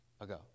ago